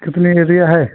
कितने एरिया है